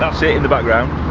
that's it in the background.